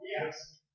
Yes